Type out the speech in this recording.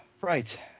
Right